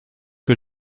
que